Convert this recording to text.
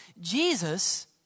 Jesus